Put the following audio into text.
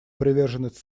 приверженность